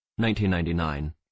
1999